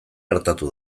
gertatu